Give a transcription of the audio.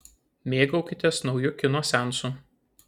mėgaukitės nauju kino seansu